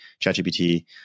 ChatGPT